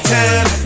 time